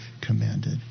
commanded